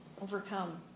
overcome